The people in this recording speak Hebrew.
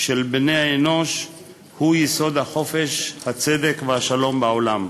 של בני-אנוש היא יסוד החופש, הצדק והשלום בעולם.